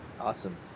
Awesome